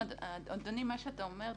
אדוני, מה שאתה אומר,